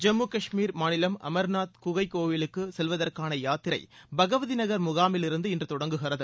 ஜம்மு காஷ்மீர் மாநிலம் அமர்நாத் குகை கோவிலுக்கு செல்வதற்கான யாத்திரை பகவதி நகர் முகாமில் இருந்து இன்று தொடங்குகிறது